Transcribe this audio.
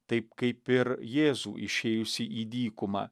taip kaip ir jėzų išėjusį į dykumą